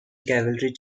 cavalry